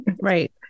Right